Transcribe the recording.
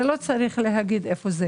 ולא צריך לומר היכן זה.